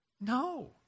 No